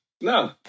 no